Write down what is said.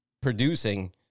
producing